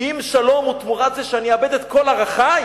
אם שלום הוא תמורת זה שאני אאבד את כל ערכי,